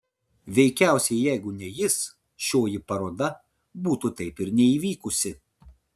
veikiausiai jeigu ne jis šioji paroda būtų taip ir neįvykusi